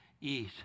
eat